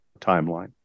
timeline